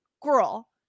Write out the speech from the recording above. girl